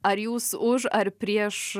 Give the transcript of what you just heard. ar jūs už ar prieš